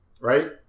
right